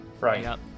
right